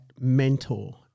mentor